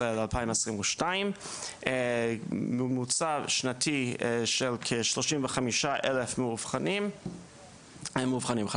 מ-2018 עד 2022. ממוצע שנתי של כ-85,000 מאובחנים חדשים.